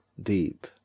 deep